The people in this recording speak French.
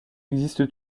existe